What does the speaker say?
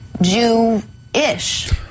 Jew-ish